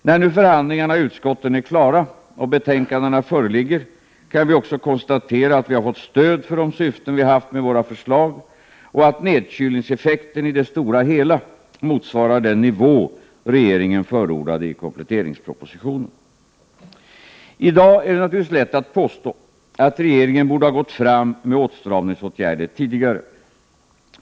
När nu förhandlingarna i utskotten är klara och betänkandena föreligger kan vi också konstatera att vi fått stöd för de syften vi haft med våra förslag och att nedkylningseffekten i det stora hela motsvarar den nivå regeringen förordade i kompletteringspropositionen. I dag är det naturligtvis lätt att påstå att regeringen borde ha gått fram med åtstramningsåtgärder tidigare.